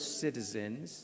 citizens